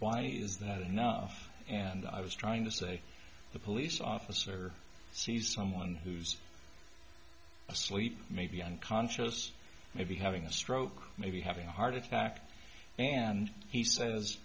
funny is that enough and i was trying to say the police officer sees someone who's asleep maybe unconscious maybe having a stroke maybe having a heart attack and he says